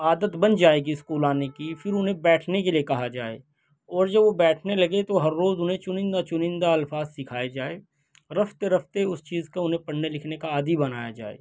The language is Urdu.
عادت بن جائے گی اسکول آنے کی پھر انہیں بیٹھنے کے لیے کہا جائے اور جب وہ بیٹھنے لگیں تو ہر روز انہیں چنندہ چنندہ الفاظ سکھائے جائے رفتہ رفتہ اس چیز کا انہیں پڑھنے لکھنے کا عادی بنایا جائے